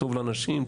טוב לנשים,